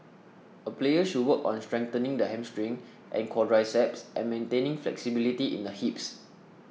a player should work on strengthening the hamstring and quadriceps and maintaining flexibility in the hips